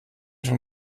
von